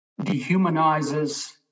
dehumanizes